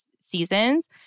seasons